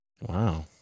Wow